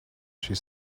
she